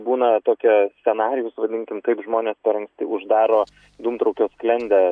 būna tokia scenarijus vadinkim taip žmonės per anksti uždaro dūmtraukio sklendę